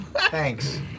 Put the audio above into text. thanks